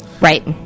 Right